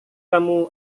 kamu